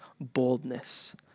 boldness